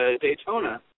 Daytona